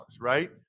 right